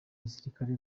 gisirikare